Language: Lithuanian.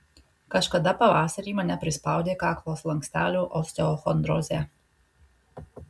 kažkada pavasarį mane prispaudė kaklo slankstelių osteochondrozė